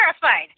terrified